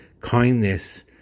kindness